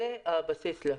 זה הבסיס לכולן.